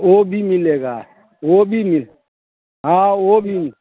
ओ भी मिलेगा वो भी मिल हाँ वो भी